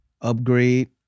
Upgrade